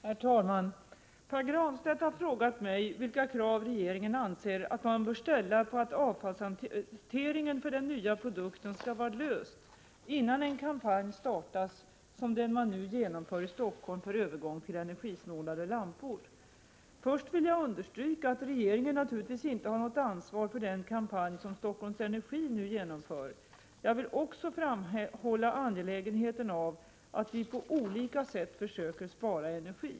Herr talman! Pär Granstedt har frågat mig vilka krav regeringen anser man bör ställa på att avfallshanteringen för den nya produkten skall vara löst innan en kampanj startas som den man nu genomför i Stockholm för övergång till energisnålare lampor. 109 Prot. 1987/88:81 Först vill jag understryka att regeringen naturligtvis inte har något ansvar 3 mars 1988 för den kampanj som Stockholm Energi nu genomför. Jag vill också framhålla angelägenheten av att vi på olika sätt försöker spara energi.